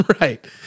Right